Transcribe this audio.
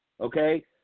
okay